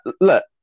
Look